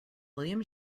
william